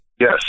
Yes